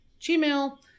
Gmail